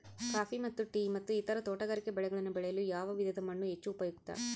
Coffee ಮತ್ತು tea ಮತ್ತು ಇತರ ತೋಟಗಾರಿಕೆ ಬೆಳೆಗಳನ್ನು ಬೆಳೆಯಲು ಯಾವ ವಿಧದ ಮಣ್ಣು ಹೆಚ್ಚು ಉಪಯುಕ್ತ?